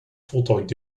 voltooid